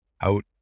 out